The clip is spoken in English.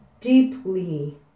deeply